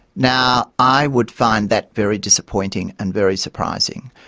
now, i would find that very disappointing and very surprising,